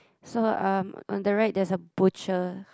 so um on the right there's a butcher